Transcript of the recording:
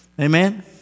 Amen